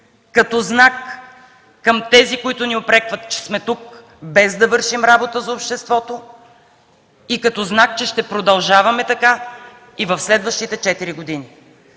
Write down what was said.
като знак към тези, които ни упрекват, че сме тук без да вършим работа за обществото и като знак, че ще продължаваме така и в следващите четири години.